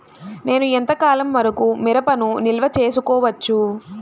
నేను ఎంత కాలం వరకు మిరపను నిల్వ చేసుకోవచ్చు?